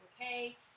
okay